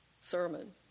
sermon